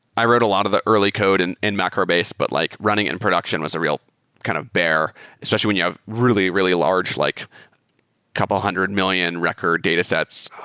i wrote a lot of the early code and in macrobase, but like running in production was a real kind of bare especially when you have really, really large, like couple hundred million record datasets,